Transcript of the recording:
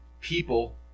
people